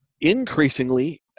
Increasingly